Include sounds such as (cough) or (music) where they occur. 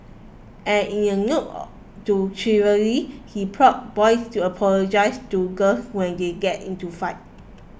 and in a nod (noise) to chivalry he prods boys to apologise to girls when they get into fights